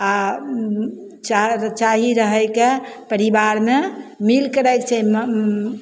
आओर चार चाही रहैके परिवारमे मिलिके रहैके छै चाही